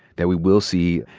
that we will see,